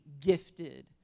gifted